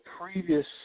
previous